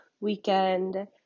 weekend